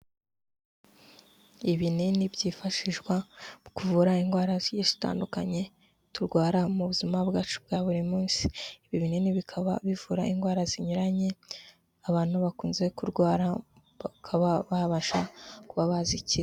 Ibinini byifashishwa mu kuvura indwara zigiye zitandukanye turwara mu buzima bwacu bwa buri munsi. Ibi binini bikaba bivura indwara zinyuranye abantu bakunze kurwara, bakaba babasha kuba bazikira.